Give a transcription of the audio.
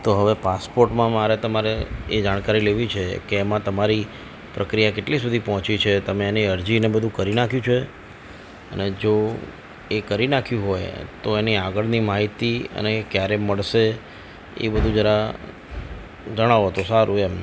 તો હવે પાસપોર્ટમાં મારે તમારે એ જાણકારી લેવી છે કે એમાં તમારી પ્રક્રિયા કટલે સુધી પહોંચી છે તમે એની અરજીને બધું કરી નાખ્યું છે અને જો એ કરી નાખ્યું હોય તો એની આગળની માહિતી અને એ ક્યારે મળશે એ બધું જરા જણાવો તો સારું એમ